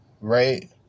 right